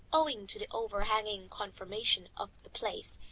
owing to the overhanging conformation of the place,